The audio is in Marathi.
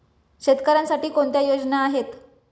शेतकऱ्यांसाठी कोणत्या योजना आहेत?